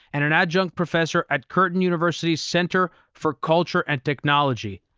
and an adjunct professor at curtin university's center for culture and technology.